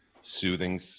soothing